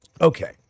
Okay